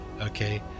Okay